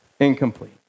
Incomplete